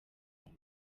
bawe